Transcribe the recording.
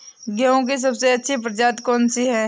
गेहूँ की सबसे अच्छी प्रजाति कौन सी है?